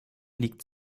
liegt